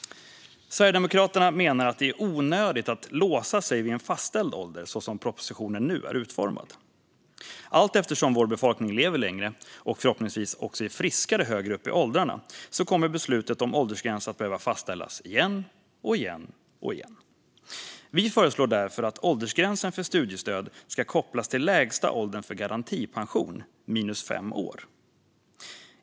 Sverigedemokraterna menar att det är onödigt att låsa sig vid en fastställd ålder så som propositionen nu är utformad. Allteftersom vår befolkning lever längre, och förhoppningsvis är allt friskare högre upp i åldrarna, kommer beslutet om åldersgräns att behöva fastställas igen och igen. Vi föreslår därför att åldersgränsen för studiestöd ska kopplas till lägsta åldern för garantipension minus 5 år.